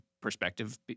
perspective